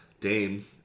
Dame